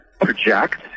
project